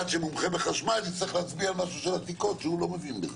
שמומחה בחשמל יצטרך להצביע משהו של עתיקות שהוא לא מבין בזה.